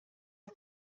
are